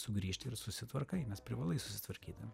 sugrįžti ir susitvarkai nes privalai susitvarkyti